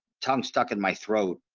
tongue stuck in my throat.